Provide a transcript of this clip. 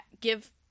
give